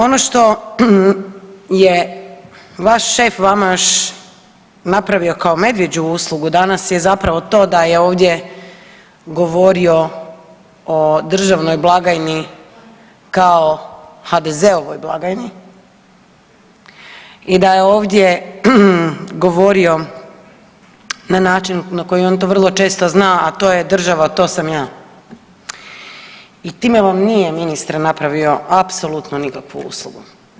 Ono što je vaš šef vama još napravio kao medvjeđu uslugu danas je zapravo to da je ovdje govorio o državnoj blagajni kao HDZ-ovoj blagajni i da je ovdje govorio na način na koji on to vrlo često zna a to je „država to sam ja“ i time vam ministre nije napravio apsolutno nikakvu uslugu.